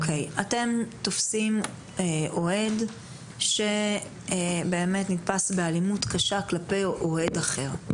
אתם תופסים אוהד שבאמת נתפס באלימות קשה כלפי אוהד אחר,